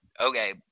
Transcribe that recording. Okay